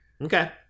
Okay